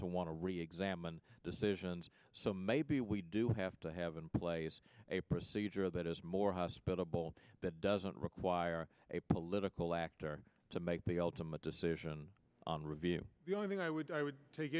to want to reexamine decisions so maybe we do have to have in place a procedure that is more hospitable that doesn't require a political actor to make the ultimate decision on review the only thing i would i would take